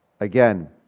again